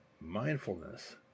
mindfulness